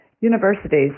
Universities